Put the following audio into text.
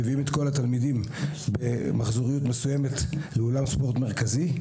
מביאים את כל התלמידים למחזוריות מסוימת לאולם ספורט מרכזי.